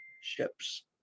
ships